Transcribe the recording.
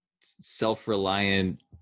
self-reliant